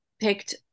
picked